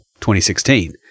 2016